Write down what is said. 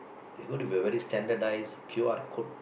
there will be gonna be a very standardised Q_R code